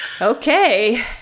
okay